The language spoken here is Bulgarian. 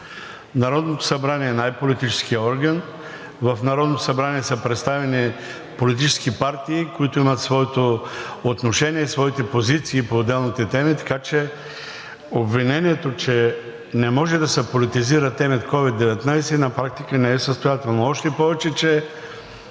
Народното събрание е най-политическият орган, в Народното събрание са представени политически партии, които имат своето отношение, своите позиции по отделните теми, така че обвинението, че не може да се политизира темата COVID-19, на практика не е състоятелно. Още повече че